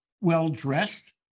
well-dressed